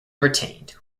retained